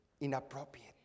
inappropriate